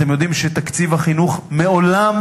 אתם יודעים שתקציב החינוך מעולם,